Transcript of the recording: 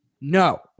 No